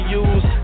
use